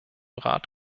rat